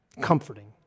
comforting